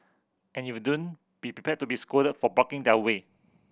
and if don't be prepared to be scolded for blocking their way